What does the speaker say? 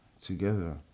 together